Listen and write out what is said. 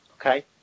okay